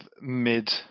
mid